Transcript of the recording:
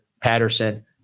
Patterson